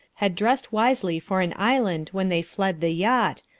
had dressed wisely for an island when they fled the yacht,